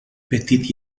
petit